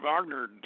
Wagner